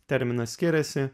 terminas skiriasi